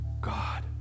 God